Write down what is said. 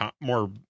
more